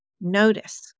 notice